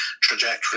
trajectory